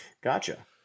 Gotcha